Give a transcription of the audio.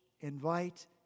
invite